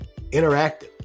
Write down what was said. interactive